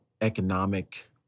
economic